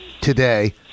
today